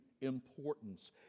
importance